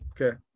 Okay